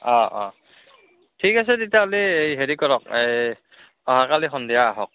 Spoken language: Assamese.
অঁ অঁ ঠিক আছে তেতিয়াহ'লে হেৰি কৰক এই অহাকালি সন্ধিয়া আহক